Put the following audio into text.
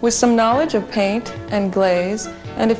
with some knowledge of paint and glaze and a